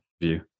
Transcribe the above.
view